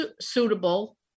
suitable